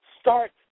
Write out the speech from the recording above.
Start